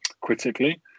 critically